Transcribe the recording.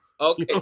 Okay